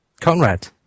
Conrad